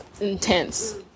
intense